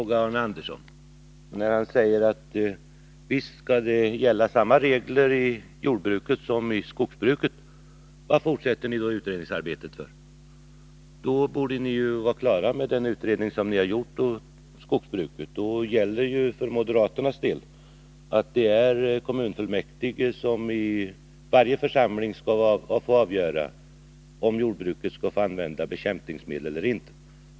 Herr talman! Visst skall samma regler gälla i jordbruket som i skogsbruket, säger Arne Andersson i Ljung. Varför fortsätter ni då utredningsarbetet? Då borde det räcka med den utredning som har gjorts om skogsbruket, och för moderaternas del gäller att det alltid är kommunfullmäktige som avgör om bekämpningsmedel skall få användas eller inte.